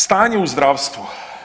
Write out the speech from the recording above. Stanje u zdravstvu.